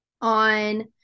on